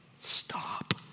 Stop